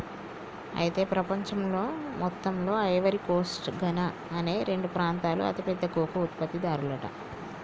అయితే ప్రపంచంలో మొత్తంలో ఐవరీ కోస్ట్ ఘనా అనే రెండు ప్రాంతాలు అతి పెద్ద కోకో ఉత్పత్తి దారులంట